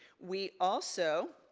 we also,